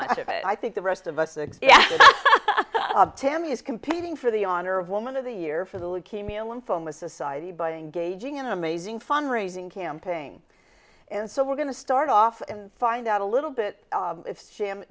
much of it i think the rest of us the tammy is competing for the honor of woman of the year for the leukemia lymphoma society by engaging in an amazing fund raising campaign and so we're going to start off and find out a little bit